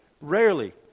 rarely